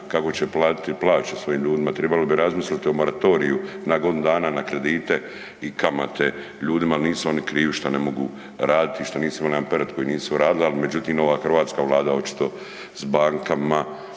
kako će platiti plaće svojim ljudima, tribalo bi razmisliti o moratoriju na godinu dana na kredite i kamate ljudima jel nisu oni krivi šta ne mogu raditi i šta nisu imali jedan period koji nisu radili, al međutim ova hrvatska vlada očito s bankama